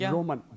Roman